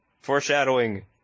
Foreshadowing